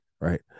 right